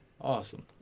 Awesome